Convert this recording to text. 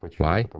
why?